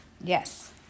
Yes